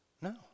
no